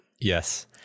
Yes